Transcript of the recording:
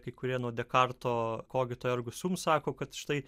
kai kurie nuo dekarto kogito ergo sum sako kad štai